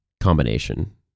combination